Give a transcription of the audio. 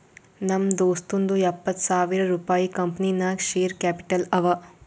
ನಮ್ ದೋಸ್ತುಂದೂ ಎಪ್ಪತ್ತ್ ಸಾವಿರ ರುಪಾಯಿ ಕಂಪನಿ ನಾಗ್ ಶೇರ್ ಕ್ಯಾಪಿಟಲ್ ಅವ